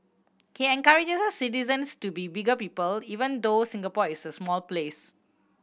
he encourages citizens to be bigger people even though Singapore is a small place